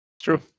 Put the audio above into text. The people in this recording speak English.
True